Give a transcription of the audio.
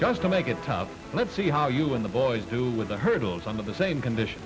just to make it tough let's see how you and the boys do with the hurdles on the same condition